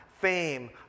fame